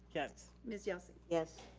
yes. miss yelsey. yes.